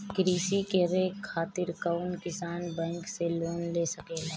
कृषी करे खातिर कउन किसान बैंक से लोन ले सकेला?